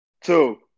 two